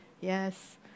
yes